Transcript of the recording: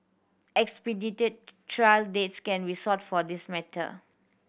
expedited trial dates can be sought for this matter